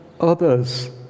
others